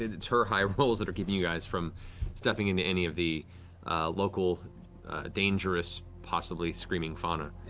it's her high rolls that are keeping you guys from stepping into any of the local dangerous possibly screaming fauna.